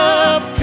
up